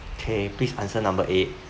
okay please answer number eight